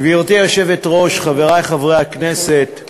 ולצמצום פערים חברתיים (מס הכנסה שלילי) (תיקון,